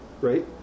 Right